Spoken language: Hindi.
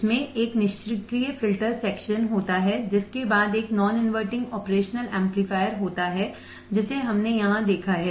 इसमें एक निष्क्रिय फिल्टर सेक्शन होता है जिसके बाद एक नॉन इनवर्टिंग ऑपरेशनल एम्पलीफायर होता है जिसे हमने यहां देखा है